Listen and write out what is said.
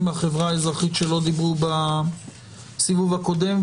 מהחברה האזרחית שלא דיברו בסיבוב הקודם.